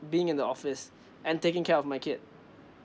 being in the office and taking care of my kid